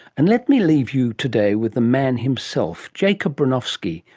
and let me leave you today with the man himself, jacob bronowski,